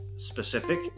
specific